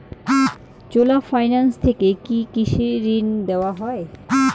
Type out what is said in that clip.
চোলা finance থেকে কি কৃষি ঋণ দেওয়া হয়?